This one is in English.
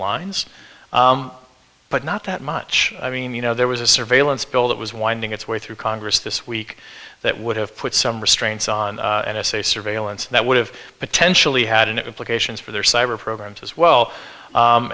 lines but not that much i mean you know there was a surveillance bill that was winding its way through congress this week that would have put some restraints on n s a surveillance that would have potentially had an implications for their cyber programs as well